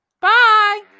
Bye